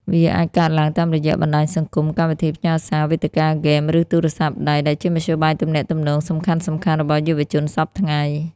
វាអាចកើតឡើងតាមរយៈបណ្តាញសង្គម កម្មវិធីផ្ញើសារ វេទិកាហ្គេម ឬទូរស័ព្ទដៃ ដែលជាមធ្យោបាយទំនាក់ទំនងសំខាន់ៗរបស់យុវជនសព្វថ្ងៃ។